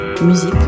musique